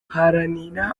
haranira